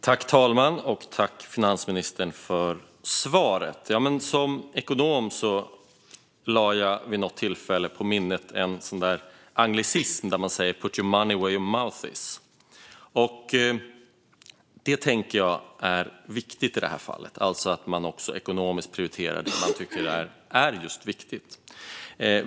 Herr talman! Tack, finansministern, för svaret! Som ekonom lade jag vid något tillfälle på minnet det engelska uttrycket "put your money where your mouth is". Det tänker jag är viktigt i det här fallet, alltså att man ekonomiskt prioriterar det man tycker är viktigt.